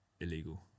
illegal